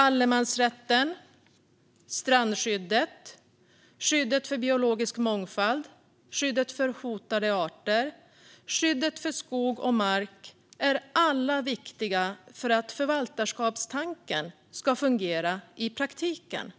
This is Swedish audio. Allemansrätten, strandskyddet, skyddet för biologisk mångfald, skyddet för hotade arter och skyddet för skog och mark är alla viktiga för att förvaltarskapstanken ska fungera i praktiken.